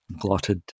glotted